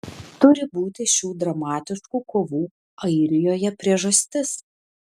turi būti šių dramatiškų kovų airijoje priežastis